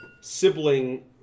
sibling